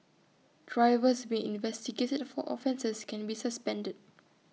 drivers being investigated for offences can be suspended